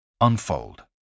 Unfold